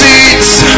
Seats